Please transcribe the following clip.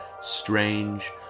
strange